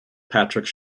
patrick